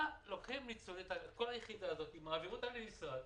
מה לוקחים את כל היחידה הזאת ומעבירים אותה למשרד,